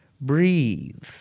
Breathe